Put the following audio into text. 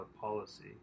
policy